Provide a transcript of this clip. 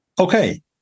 Okay